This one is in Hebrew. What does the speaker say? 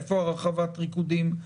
איפה רחבת הריקודים,